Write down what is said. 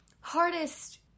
hardest